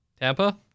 Tampa